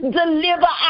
deliver